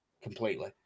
completely